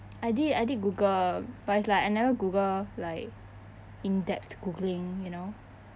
I did I did google but it's like I never google like in depth googling you know